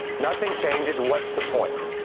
nothing changes, what's the point?